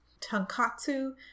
tonkatsu